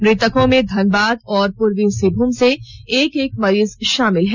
मुतकों में धनबाद और पूर्वी सिंहभूम से एक एक मरीज शामिल हैं